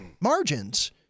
margins